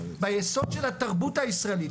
ביסוד של התרבות הישראלית,